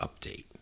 Update